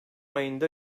ayında